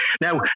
now